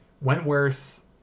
Wentworth